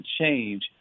change